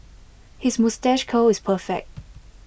his moustache curl is perfect